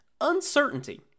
uncertainty